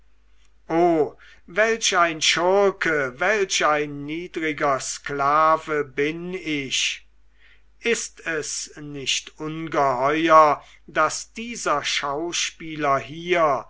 o welch ein schurke welch ein niedriger sklave bin ich ist es nicht ungeheuer daß dieser schauspieler hier